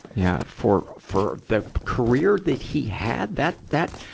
yeah. for, for the career that he had, that, that,